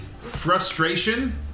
frustration